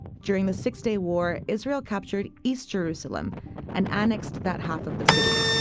during the six day war, israel captured east jerusalem and annexed that half of the city.